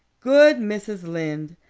good mrs. lynde,